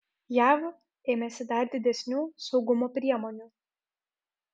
jav ėmėsi dar didesnių saugumo priemonių